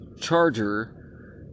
charger